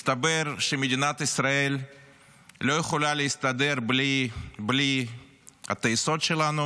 מסתבר שמדינת ישראל לא יכולה להסתדר בלי הטייסות שלנו,